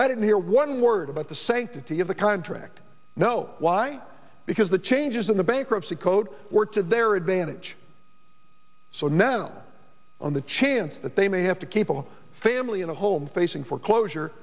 i didn't hear one word about the sanctity of the contract no why because the changes in the bankruptcy code were to their advantage so now on the chance that they may have to keep a family in a home facing foreclosure